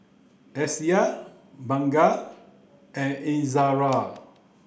Syah Bunga and Izzara